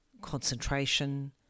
concentration